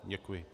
Děkuji.